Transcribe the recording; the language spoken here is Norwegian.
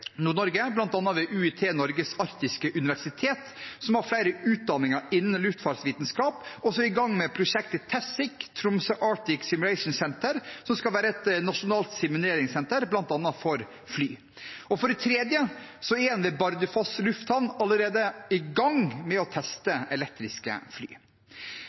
ved UiT Norges arktiske universitet, som har flere utdanninger innen luftfartsvitenskap, og som er i gang med prosjektet TASIC, Tromsø Arctic Simulation Centre, som skal være et nasjonalt simuleringssenter bl.a. for fly. Og for det tredje er en ved Bardufoss lufthavn allerede i gang med å teste elektriske fly.